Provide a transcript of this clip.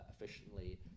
efficiently